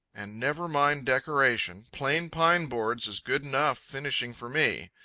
and never mind decoration. plain pine boards is good enough finishing for me.